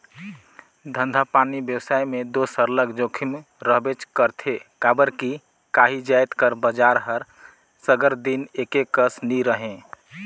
धंधापानी बेवसाय में दो सरलग जोखिम रहबेच करथे काबर कि काही जाएत कर बजार हर सगर दिन एके कस नी रहें